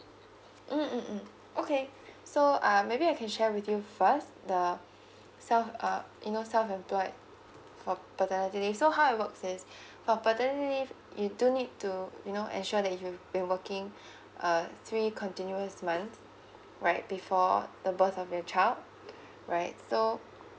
mm mm mm okay so um maybe I can share with you first the self uh you know self employed for paternity leave so how it works is for paternity leave you do need to you know ensure that you've been working uh three continuous months right before the birth of your child right so